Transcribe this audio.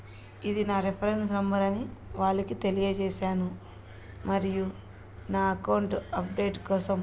ఇది నా reference number అని వాళ్ళకి తెలియజేశాను మరియు నా అకౌంట్ అప్డేట్ కోసం